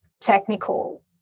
technical